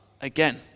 again